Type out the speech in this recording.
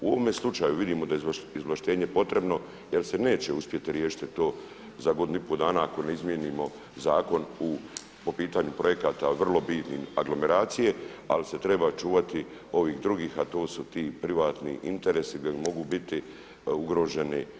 U ovome slučaju vidimo da je izvlaštenje potrebno jer se neće uspjeti riješiti to za godinu i pol dana ako ne izmijenimo zakon po pitanju projekata vrlo bitnim aglomeracije, ali se treba čuvati ovih drugih, a to su ti privatni interesi jel mogu biti ugroženi.